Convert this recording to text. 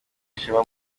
ishema